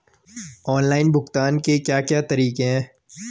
Online भुगतान के क्या क्या तरीके हैं?